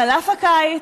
חלף הקיץ,